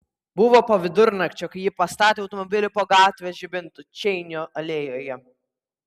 buvo po vidurnakčio kai ji pastatė automobilį po gatvės žibintu čeinio alėjoje